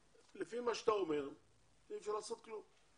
לפי מה שאתה אומר, אי אפשר לעשות כלום.